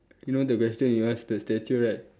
you know the question you ask the statue right